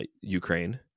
Ukraine